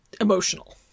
emotional